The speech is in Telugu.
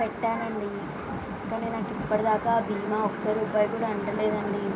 పెట్టాను అండి కానీ నాకు ఇప్పటిదాకా బీమా ఒక రూపాయి కూడా అందలేదు అండి